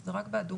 זה רק באדומות,